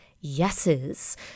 yeses